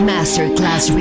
Masterclass